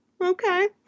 Okay